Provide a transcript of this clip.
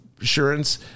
insurance